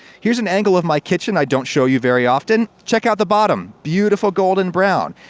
here's an angle of my kitchen i don't show you very often. check out the bottom. beautiful golden brown.